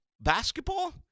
basketball